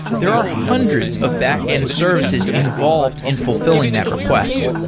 there are hundreds of backend services involved in fulfilling that request.